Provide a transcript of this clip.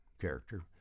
character